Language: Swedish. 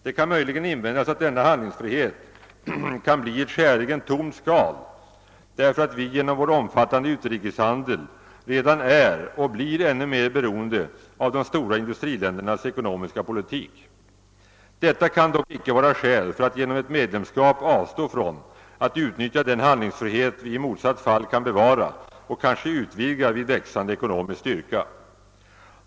Det kan möjligen invändas, att denna handlingsfrihet kan bli ett skäligen tomt skal därför att vi genom vår omfattande utrikeshandel redan är och sedan blir ännu mer beroende av de stora industriländernas ekonomiska politik. Detta kan dock icke vara skäl för att genom ett medlemskap avstå från att utnyttja den handlingsfrihet vi i motsatt fall kan bevara och kanske utvidga vid växande ekonomisk styrka.